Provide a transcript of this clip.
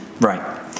Right